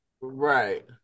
Right